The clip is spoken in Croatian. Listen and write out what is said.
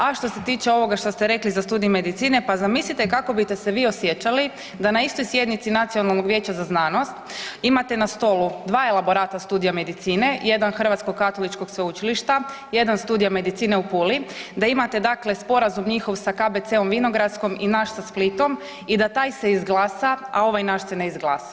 A što se tiče ovoga što ste rekli za studij medicine, pa zamislite kako biste vi osjećali da na istoj sjednici Nacionalnog vijeća za znanost imate na stolu 2 elaborata studija medicine, jedan Hrvatskog katoličkog sveučilišta, jedna studija Medicine u Puli, da imate dakle sporazum njihov sa KBC-om vinogradskom i naš sa Splitom i da taj se izglasa, a ovaj naš se ne izglasa.